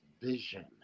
vision